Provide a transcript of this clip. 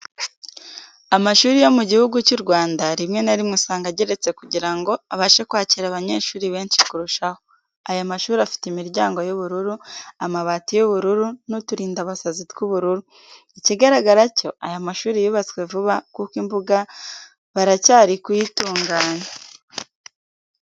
Amashuri yo mu gihugu cy'u Rwanda, rimwe na rimwe usanga ageretse kugira ngo abashe kwakira abanyeshuri benshi kurushaho. Aya mashuri afite imiryango y'ubururu, amabati y'ubururu n'uturindabasazi tw'ubururu. Ikigaragara cyo aya mashuri yubatswe vuba kuko imbuga baracyari kuyitunganya.